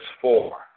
Four